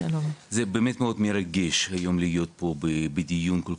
זה באמת מאוד מרגש היום להיות פה בדיון כל